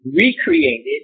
recreated